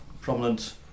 prominent